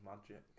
magic